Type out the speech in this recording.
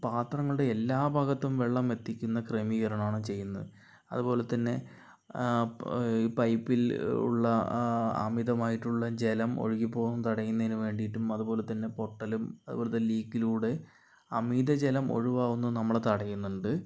പാത്രങ്ങളുടെ എല്ലാ ഭാഗത്തും വെള്ളം എത്തിക്കുന്ന ക്രമീകരണം ആണ് ചെയ്യുന്നത് അതുപോലെ തന്നെ ഈ പൈപ്പിൽ ഉള്ള അമിതമായിട്ടുള്ള ജലം ഒഴുകി പോവു തടയുന്നതിന് വേണ്ടിയിട്ടും അതുപോലെ തന്നെ പൊട്ടലും അതുപോലത്തെ ലീക്കിലൂടെ അമിത ജലം ഒഴിവാവുന്നതും നമ്മള് തടയുന്നുണ്ട്